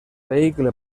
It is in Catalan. vehicle